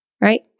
right